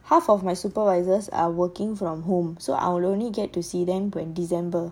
half of my supervisors are working from home so I will only get to see them when december